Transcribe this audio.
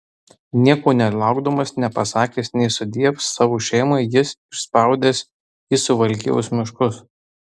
nieko nelaukdamas nepasakęs nė sudiev savo šeimai jis išspaudęs į suvalkijos miškus